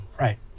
Right